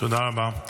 תודה רבה.